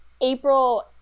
April